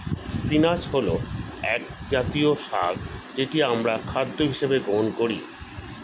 spinach হল একজাতীয় শাক যেটি আমরা খাদ্য হিসেবে গ্রহণ করি